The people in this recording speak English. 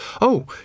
Oh